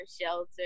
shelter